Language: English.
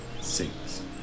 six